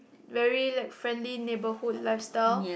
very like friendly neighborhood lifestyle